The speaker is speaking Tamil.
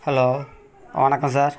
ஹலோ வணக்கம் சார்